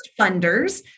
funders